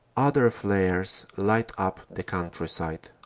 other flares light up the countryside.